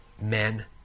men